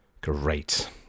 Great